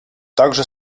также